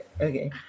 Okay